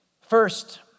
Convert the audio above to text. First